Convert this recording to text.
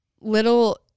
little